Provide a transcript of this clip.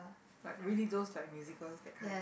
like really those like musical that kind